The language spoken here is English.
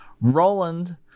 Roland